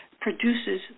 produces